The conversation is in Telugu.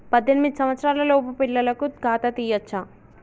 పద్దెనిమిది సంవత్సరాలలోపు పిల్లలకు ఖాతా తీయచ్చా?